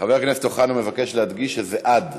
חבר הכנסת אוחנה מבקש להדגיש שזה עד